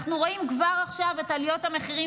אנחנו רואים כבר עכשיו את עליות המחירים,